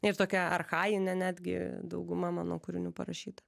ir tokia archajinė netgi dauguma mano kūrinių parašyta